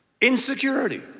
insecurity